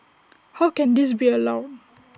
how can this be allowed